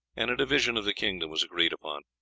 and a division of the kingdom was agreed upon.